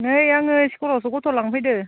नै आङो स्कुलावसो गथ' लांनो फैदों